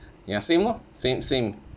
ya same lor same same